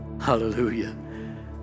Hallelujah